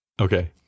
Okay